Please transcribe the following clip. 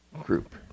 group